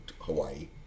Hawaii